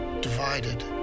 divided